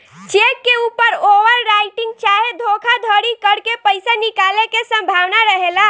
check के ऊपर overwriting चाहे धोखाधरी करके पईसा निकाले के संभावना रहेला